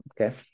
Okay